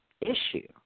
issue